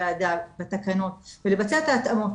בתקנות ולבצע את ההתאמות.